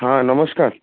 हा नमस्कार